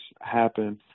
happen